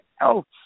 else